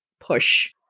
push